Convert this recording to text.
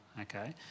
Okay